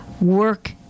work